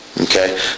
Okay